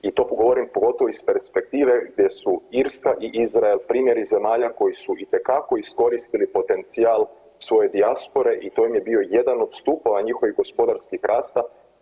I to govorim pogotovo iz perspektive gdje su Irska i Izrael primjeri zemalja koji su itekako iskoristili potencijal svoje dijaspore i to im je bio jedan od stupova njihovih gospodarskih rasta.